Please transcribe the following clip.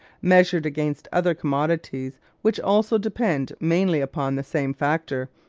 measured against other commodities which also depend mainly upon the same factor,